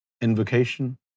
invocation